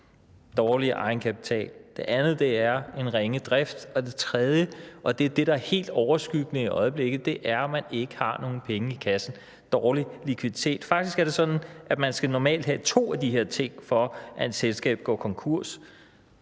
dårlig egenkapital. Det andet er en ringe drift. Og det tredje er – og det er det, der er helt overskyggende i øjeblikket – at man ikke har nogen penge i kassen, altså dårlig likviditet. Faktisk er det sådan, at man normalt skal have to af de her ting, for at et selskab går konkurs.